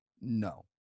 No